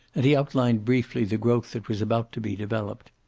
and he outlined briefly the growth that was about to be developed.